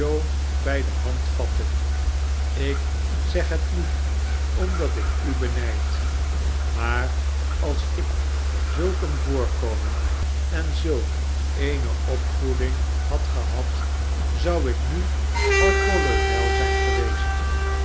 bij de hand vatte ik zeg het niet omdat ik u benijd maar als ik zulk een voorkomen en zulk eene opvoeding had gehad zou ik nu al kolonel zijn geweest